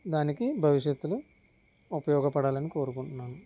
దానికి భవిష్యత్లో ఉపయోగపడాలని కోరుకుంటున్నాను